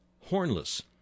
HORNLESS